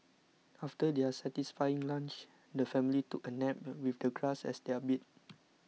after their satisfying lunch the family took a nap with the grass as their bed